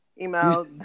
email